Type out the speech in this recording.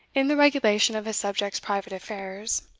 in the regulation of his subjects' private affairs,